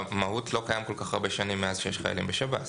מהו"ת לא קיים כל כך הרבה שנים מאז שיש חיילים בשב"ס.